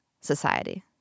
society